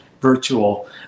virtual